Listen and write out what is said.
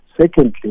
Secondly